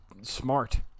smart